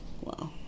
Wow